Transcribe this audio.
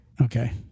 Okay